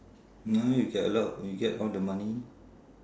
you know you get a lot you get all the money